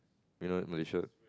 you know in Malaysia